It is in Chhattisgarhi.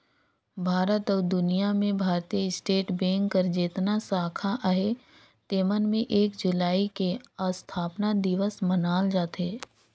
भारत अउ दुनियां में भारतीय स्टेट बेंक कर जेतना साखा अहे तेमन में एक जुलाई के असथापना दिवस मनाल जाथे